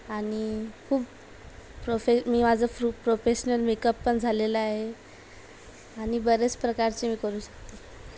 आणि खूप प्रोफे मी माझं फ्रू प्रोफेशनल मेकअप पण झालेलं आहे आणि बरेच प्रकारचे मी करू शकते